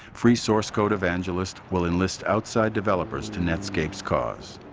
free source code evangelist will enlist outside developers to netscape's cause.